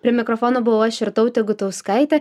prie mikrofono buvau aš jurtautė gutauskaitė